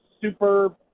super –